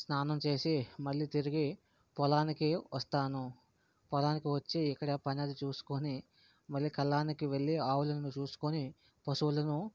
స్నానం చేసి మళ్ళీ తిరిగి పొలానికి వస్తాను పొలానికి వచ్చి ఇక్కడ పని అది చూసుకోని మళ్ళీ కళ్ళానికి వెళ్ళీ ఆవులని చూసుకోని పశువులను